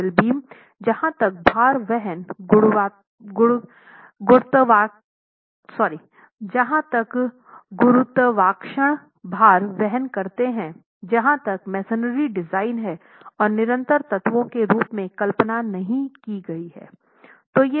lintel beam जहां तक भार वहन गुरुत्वाकर्षण भार वहन करते हैं जहाँ तक मेसनरी डिजाइन है और निरंतर तत्वों के रूप में कल्पना नहीं की गई है